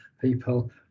people